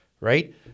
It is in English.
right